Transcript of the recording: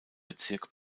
bezirk